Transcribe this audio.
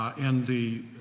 and the,